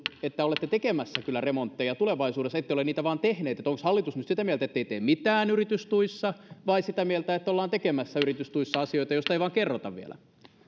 että olette tekemässä kyllä remontteja tulevaisuudessa ette ole niitä vain tehneet onko hallitus nyt sitä mieltä ettei tee mitään yritystuissa vai sitä mieltä että ollaan tekemässä yritystuissa asioita joista ei vain kerrota vielä